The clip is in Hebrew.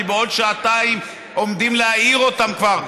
כי בעוד שעתיים עומדים להעיר אותם כבר.